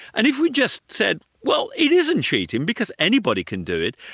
and if we just said well it isn't cheating, because anybody can do it',